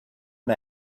and